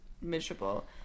miserable